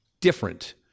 different